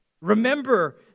Remember